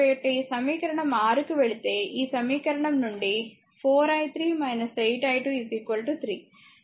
కాబట్టి సమీకరణం 6 కి వెళితే ఈ సమీకరణం నుండి 4 i3 8 i2 3